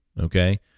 okay